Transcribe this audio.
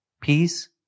peace